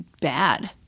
bad